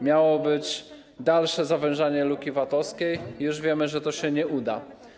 Miało być dalsze zawężanie luki VAT-owskiej, a już wiemy, że to się nie uda.